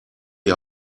die